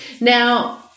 now